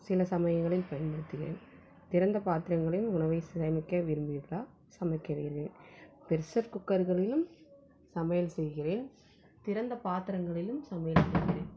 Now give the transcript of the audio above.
சில சமயங்களில் பயன்படுத்துகின்றேன் திறந்த பாத்திரங்களில் உணவை சேமிக்க விரும்புவீர்களா சமைக்க விரும்புகின்றேன் ப்ரெஷர் குக்கர்களிலும் சமையல் செய்கின்றேன் திறந்த பாத்திரங்களிலும் சமையல் செய்கின்றேன்